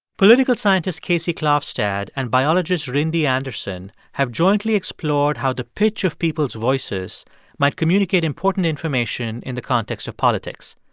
political scientist casey klofstad and biologist rindy anderson have jointly explored how the pitch of people's voices might communicate important information in the context of politics.